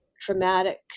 traumatic